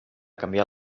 canviar